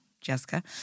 Jessica